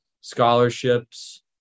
scholarships